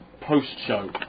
post-show